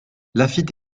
laffitte